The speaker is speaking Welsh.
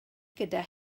gyda